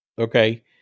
Okay